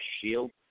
shield